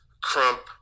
Crump